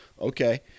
Okay